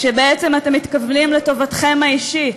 כשבעצם אתם מתכוונים לטובתכם האישית,